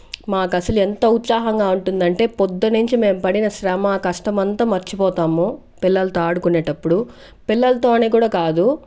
మాకసలు ఎంత ఉత్సాహంగా ఉంటుందంటే పొద్దున్నుంచి మేము పడిన శ్రమ కష్టం అంతా మర్చిపోతాము పిల్లలతో ఆడుకునేటప్పుడు పిల్లలతో అని కూడా కాదు